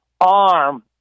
arm